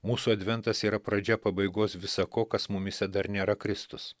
mūsų adventas yra pradžia pabaigos visa ko kas mumyse dar nėra kristus